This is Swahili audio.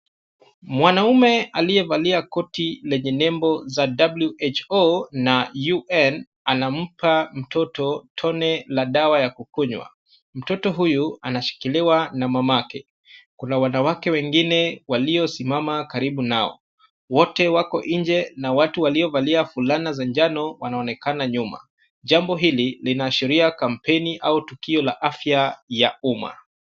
Mwanaume aliyevalia koti lenye nembo za WHO na UN anampa mtoto tone la dawa ya kukunywa. Mtoto huyu anashikiliwa na mama yake. Kuna wanawake wengine waliosimama karibu nao. Wote wako nje ana watu waliovalia fulana za njano wanaonekana nyuma. Jambo hili linaashiria kampeni au tukio la afya ya umma.